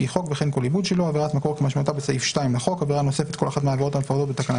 ראש אגף חקירות ומודיעין או היועץ המשפטי של אגף חקירות ומודיעין.